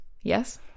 Yes